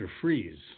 Freeze